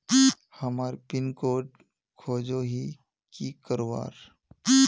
हमार pin code खोजोही की करवार?